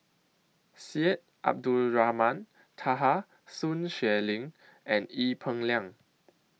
Syed Abdulrahman Taha Sun Xueling and Ee Peng Liang